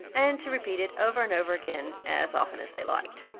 and to repeat it over and over again as often as they liked.